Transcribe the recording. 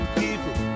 people